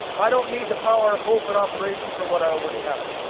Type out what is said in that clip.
i don't need the power of hope in operation for what i already have.